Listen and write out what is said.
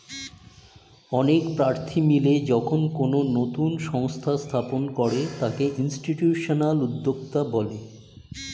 অনেক প্রার্থী মিলে যখন কোনো নতুন সংস্থা স্থাপন করে তাকে ইনস্টিটিউশনাল উদ্যোক্তা বলে